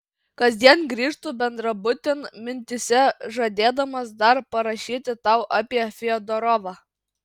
kasdien grįžtu bendrabutin mintyse žadėdamas dar parašyti tau apie fiodorovą